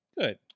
Good